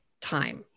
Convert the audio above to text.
time